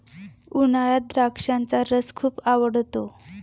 उन्हाळ्यात द्राक्षाचा रस खूप आवडतो